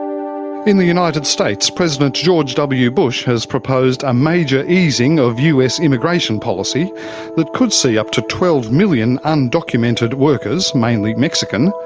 in the united states, president george w bush has proposed a major easing of us immigration policy that could see up to twelve million undocumented workers, mainly mexican,